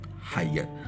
higher